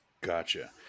Gotcha